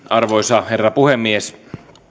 arvoisa herra puhemies